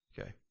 Okay